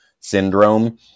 syndrome